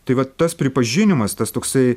tai va tas pripažinimas tas toksai